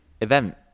event